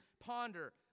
ponder